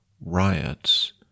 Riots